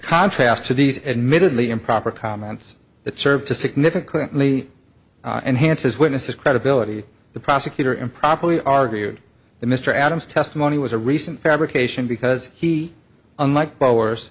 contrast to these admittedly improper comments that serve to significantly and hansen's witnesses credibility the prosecutor improperly argued that mr adams testimony was a recent fabrication because he unlike bowers